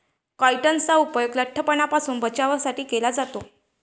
काइट्सनचा उपयोग लठ्ठपणापासून बचावासाठी केला जातो